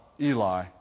Eli